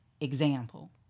example